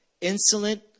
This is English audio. insolent